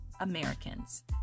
Americans